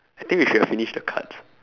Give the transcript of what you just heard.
I think we should have finished the cards